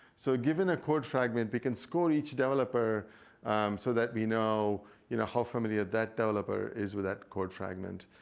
so given a code fragment, we can score each developer so that we know you know how familiar that developer is with that code fragment.